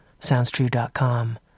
SoundsTrue.com